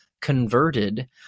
converted